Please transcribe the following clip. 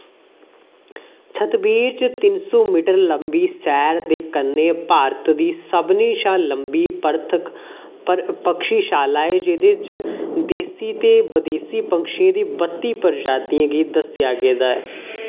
छतबीर च तिन सौ मीटर लंबी सैर दे कन्नै भारत दी सभनें शा लंबी परतक्ख पक्षीशाला ऐ जेह्दे च देसी ते बदेसी पक्षियें दी बत्ती प्रजातियें गी दस्स्आ गेआ ऐ